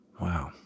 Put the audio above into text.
Wow